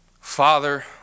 Father